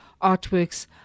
artworks